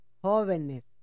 jóvenes